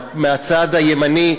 מהצד הימני,